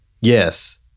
yes